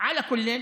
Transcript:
בשפה הערבית,